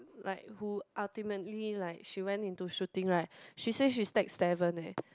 like who ultimately like she went into shooting right she say she stack seven leh